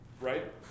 right